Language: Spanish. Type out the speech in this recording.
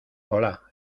hola